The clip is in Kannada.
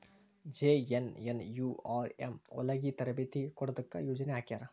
ಜೆ.ಎನ್.ಎನ್.ಯು.ಆರ್.ಎಂ ಹೊಲಗಿ ತರಬೇತಿ ಕೊಡೊದಕ್ಕ ಯೊಜನೆ ಹಾಕ್ಯಾರ